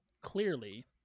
clearly